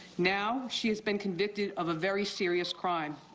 now she has been convicted of a very serious crime,